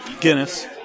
Guinness